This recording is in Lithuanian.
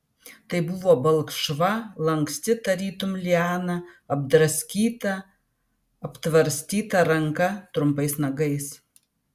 tai buvo balkšva lanksti tarytum liana apdraskyta aptvarstyta ranka trumpais nagais